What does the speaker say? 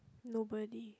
nobody